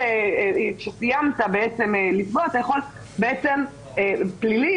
כשסיימת לתבוע פלילי,